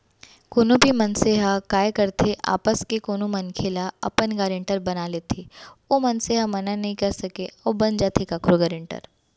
कोनो भी मनसे ह काय करथे आपस के कोनो मनखे ल अपन गारेंटर बना लेथे ओ मनसे ह मना नइ कर सकय अउ बन जाथे कखरो गारेंटर